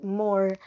more